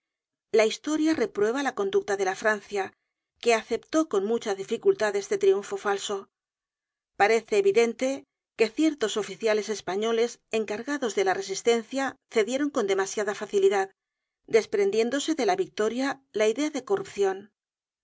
la historia reprueba la conducta de la francia que aceptó con mucha dificultad este triunfo falso parece evidente que ciertos oficiales españoles encargados de la resistencia cedieron con demasiada facilidad desprendiéndose de la victoria la idea de corrupcion